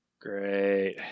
Great